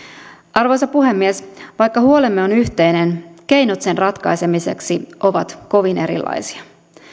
arvoisa puhemies vaikka huolemme on yhteinen keinot sen ratkaisemiseksi ovat kovin erilaisia